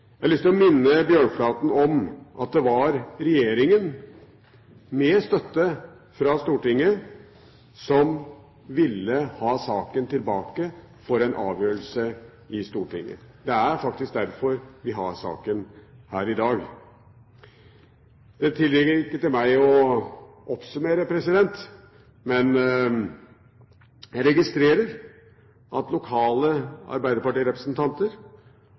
Jeg har lyst til å minne Bjørnflaten om at det var regjeringen med støtte fra Stortinget som ville ha saken tilbake for en avgjørelse i Stortinget. Det er faktisk derfor vi behandler saken her i dag. Det tilligger ikke meg å oppsummere, men jeg registrerer at lokale arbeiderpartirepresentanter